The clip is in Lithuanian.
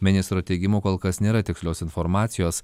ministro teigimu kol kas nėra tikslios informacijos